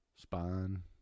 spine